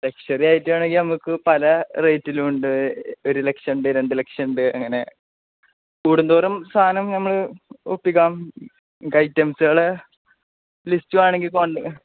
ലക്ഷ്വറിയായിട്ടാണെങ്കില് നമുക്ക് പല റേറ്റിലുമുണ്ട് ഒരു ലക്ഷമുണ്ട് രണ്ട് ലക്ഷമുണ്ട് അങ്ങനെ കൂടുന്തോറും സാധനം ഞങ്ങള് ഒപ്പിക്കാം ഐറ്റംസുകളുടെ ലിസ്റ്റ് വേണമെങ്കില് കൊണ്ട്